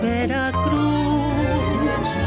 Veracruz